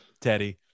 Teddy